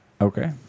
Okay